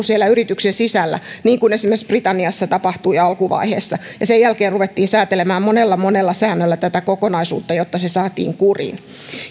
siellä yrityksen sisällä niin kuin esimerkiksi britanniassa tapahtui alkuvaiheessa ja sen jälkeen ruvettiin säätelemään monella monella säännöllä tätä kokonaisuutta jotta se saatiin kuriin